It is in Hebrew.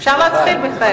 אפשר להתחיל, מיכאלי?